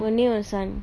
on your son